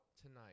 tonight